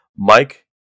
Mike